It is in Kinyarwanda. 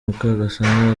mukagasana